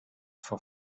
for